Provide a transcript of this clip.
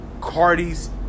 Cardi's